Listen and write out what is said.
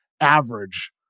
average